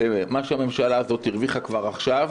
מה שהממשלה הזאת הרוויחה כבר עכשיו